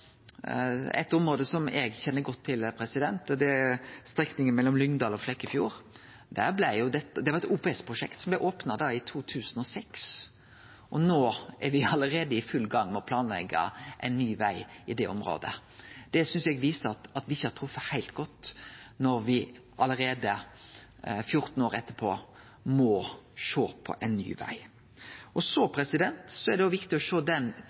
Flekkefjord. Det var eit OPS-prosjekt som blei opna i 2006, og nå er me allereie i full gang med å planleggje ein ny veg i det området. Det synest eg viser at me ikkje har treft heilt godt, når me allereie 14 år etter må sjå på ein ny veg. Det er òg viktig å sjå på den